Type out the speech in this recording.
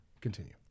continue